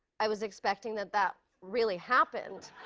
i was expecting that that really happened.